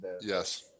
Yes